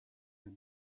had